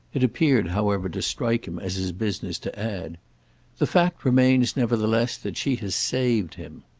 it appeared, however, to strike him as his business to add the fact remains nevertheless that she has saved him.